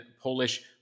Polish